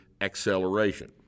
acceleration